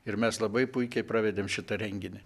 ir mes labai puikiai pravedėm šitą renginį